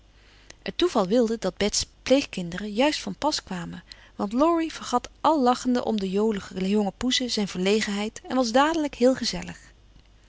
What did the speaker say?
het toeval wilde dat bets pleegkinderen juist van pas kwamen want laurie vergat al lachende om de jolige jonge poesen zijn verlegenheid en was dadelijk heel gezellig